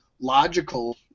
logical